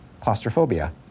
claustrophobia